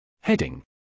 Heading